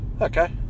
okay